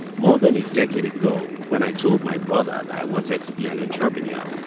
more than a decade ago when i told my brother that i wanted to be an entrepreneur,